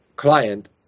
client